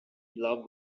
block